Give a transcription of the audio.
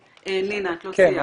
נינה, את לא סיימת.